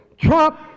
Trump